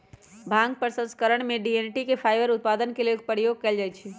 भांग प्रसंस्करण में डनटी के फाइबर उत्पादन के लेल प्रयोग कयल जाइ छइ